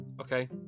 Okay